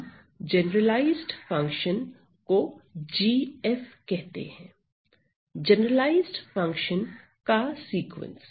हम generalised function को GF कहते हैं जनरलाइज्ड फंक्शनस का सीक्वेंस